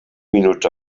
minuts